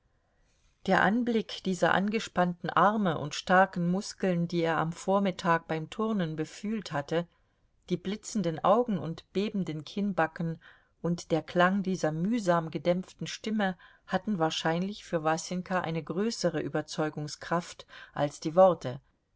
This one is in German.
der anblick dieser angespannten arme und starken muskeln die er am vormittag beim turnen befühlt hatte die blitzenden augen und bebenden kinnbacken und der klang dieser mühsam gedämpften stimme hatten wahrscheinlich für wasenka eine größere überzeugungskraft als die worte